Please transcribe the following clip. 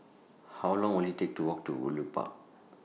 How Long Will IT Take to Walk to Woodleigh Park